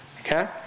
Okay